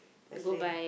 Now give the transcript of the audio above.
let's drink